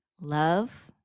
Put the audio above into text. love